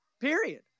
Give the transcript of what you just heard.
period